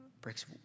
Breaks